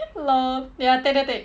lol ya take take take